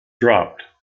dropped